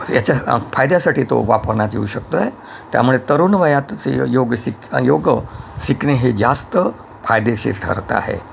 याच्या फायद्यासाठी तो वापरण्यात येऊ शकतो आहे त्यामुळे तरुण वयातच योग शिक योग शिकणे हे जास्त फायदेशीर ठरत आहे